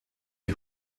die